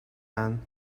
one